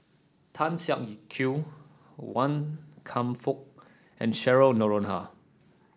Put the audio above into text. Tan Kew Wan Kam Fook and Cheryl Noronha